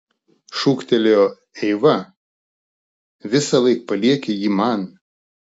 šūktelėjo eiva visąlaik palieki jį man